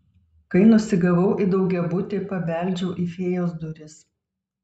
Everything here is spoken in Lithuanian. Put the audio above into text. kai nusigavau į daugiabutį pabeldžiau į fėjos duris